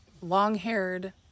long-haired